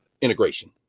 integration